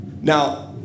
Now